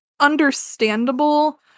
understandable